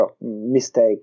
mistake